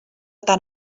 tant